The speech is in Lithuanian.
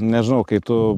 nežinau kai tu